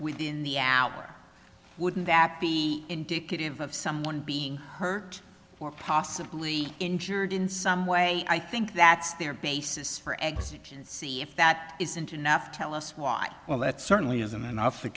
within the hour wouldn't that be indicative of someone being hurt or possibly injured in some way i think that's their basis for eggs you can see if that isn't enough tell us why well that certainly isn't enough the